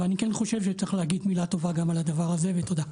אבל אני כן חושב שצריך להגיד מילה טובה גם על הדבר הזה ותודה.